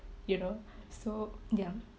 you know so ya